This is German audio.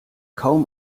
kaum